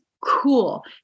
Cool